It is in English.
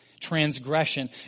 transgression